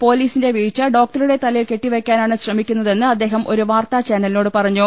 പൊലീ സിന്റെ വീഴ്ച ഡോക്ടറുടെ തലയിൽ കെട്ടിവെയ്ക്കാനാണ് ശ്രമിക്കുന്നതെന്ന് അദ്ദേഹം ഒരു വാർത്താ ചാനലിനോട് പറഞ്ഞു